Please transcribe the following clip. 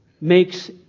Makes